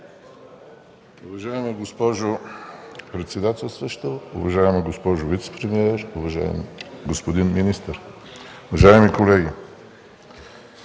Уважаема госпожо председател, уважаема госпожо вицепремиер, уважаеми господин министър, уважаеми колеги!